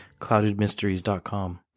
cloudedmysteries.com